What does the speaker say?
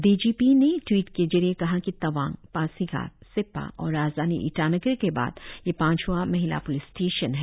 D G P ने tweet के जरिए कहा की तवांग पासीघाट सेप्पा और राजधानी ईटानगर के बाद यह पांचवा महिला प्लिस स्टेशन है